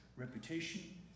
reputation